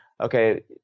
okay